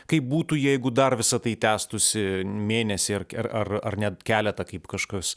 kaip būtų jeigu dar visa tai tęstųsi mėnesį ar ar ar ar net keletą kaip kažkas